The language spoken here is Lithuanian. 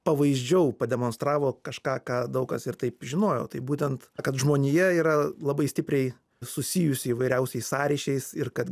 pavaizdžiau pademonstravo kažką ką daug kas ir taip žinojo tai būtent kad žmonija yra labai stipriai susijusi įvairiausiais sąryšiais ir kad